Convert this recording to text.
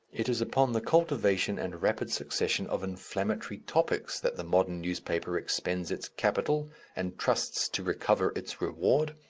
it is upon the cultivation and rapid succession of inflammatory topics that the modern newspaper expends its capital and trusts to recover its reward.